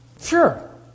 Sure